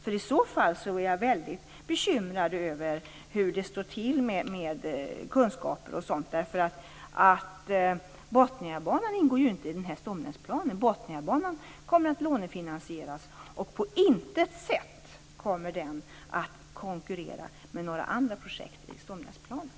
I så fall är jag väldigt bekymrad över hur det står till med kunskaperna. Botniabanan ingår nämligen inte i stomnätsplanen, utan den kommer att lånefinansieras och på intet sätt konkurrera med några projekt i stomnätsplanen.